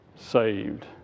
saved